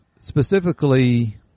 specifically